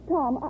Tom